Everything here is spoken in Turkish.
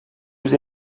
yüz